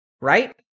Right